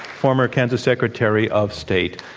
former kansas secretary of state.